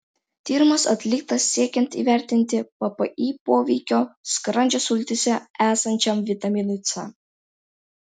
tyrimas atliktas siekiant įvertinti ppi poveikį skrandžio sultyse esančiam vitaminui c